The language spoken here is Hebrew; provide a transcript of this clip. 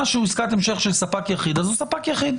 מה שהוא עסקת המשך של ספק יחיד, אז הוא ספק יחיד.